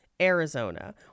arizona